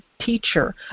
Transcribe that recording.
teacher